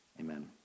Amen